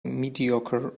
mediocre